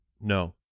No